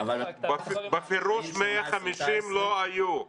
בפירוש 150 מיליון לא היו.